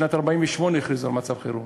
בשנת 1948 הכריזו על מצב חירום,